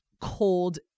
cold